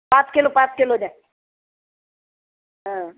पाच कलो पाच किलो द्या हां